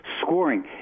scoring